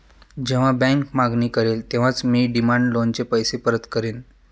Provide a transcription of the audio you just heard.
जेव्हा बँक मागणी करेल तेव्हाच मी डिमांड लोनचे पैसे परत करेन